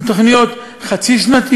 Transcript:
הן תוכניות חצי-שנתיות,